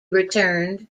returned